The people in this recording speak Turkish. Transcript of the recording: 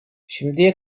şimdiye